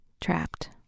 Trapped